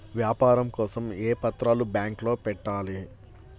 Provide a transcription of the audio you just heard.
వ్యాపారం కోసం ఏ పత్రాలు బ్యాంక్లో పెట్టాలి?